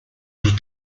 joue